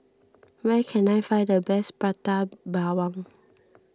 where can I find the best Prata Bawang